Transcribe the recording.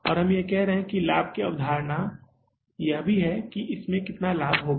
और हम यह कह रहे हैं कि लाभ की अवधारणा यह भी है कि इसमें कितना लाभ होगा